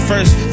first